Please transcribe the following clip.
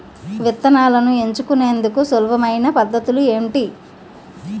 విత్తనాలను ఎంచుకునేందుకు సులభమైన పద్ధతులు ఏంటి?